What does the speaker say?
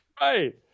Right